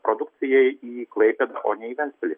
produkcijai į klaipėdą o ne į ventspilį